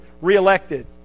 reelected